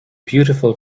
beautiful